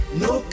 no